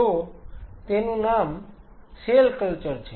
તો તેનું નામ સેલ કલ્ચર છે